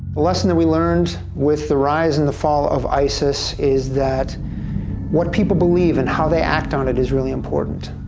the lesson that we learned with the rise and fall of isis is that what people believe and how they act on it is really important.